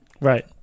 Right